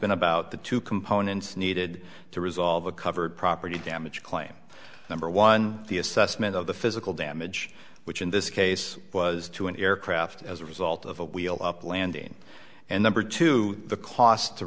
been about the two components needed to resolve a covered property damage claim number one the assessment of the physical damage which in this case was to an aircraft as a result of a wheel up landing and number two the cost to